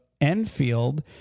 Enfield